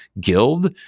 guild